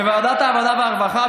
בוועדת העבודה והרווחה,